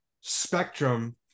spectrum